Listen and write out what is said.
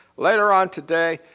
later on today,